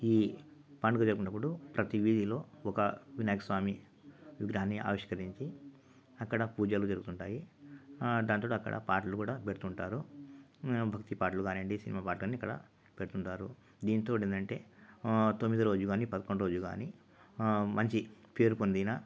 ఈ పండుగ జరుపుకునేటప్పుడు ప్రతీ వీధిలో ఒక వినాయకస్వామి విగ్రహాన్ని ఆవిష్కరించి అక్కడ పూజలు జరుగుతుంటాయి దాంట్లోనే అక్కడ పాటలు కూడా పెడుతుంటారు భక్తి పాటలు కానియ్యండి సినిమా పాటలు అన్ని ఇక్కడ పెడుతుంటారు దీనితోటి ఏందంటే తొమ్మిది రోజు కాని పదకొండు రోజు కాని మంచి పేరు పొందిన